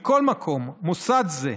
מכל מקום, מוסד זה,